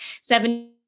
seven